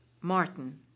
Martin